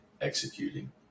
executing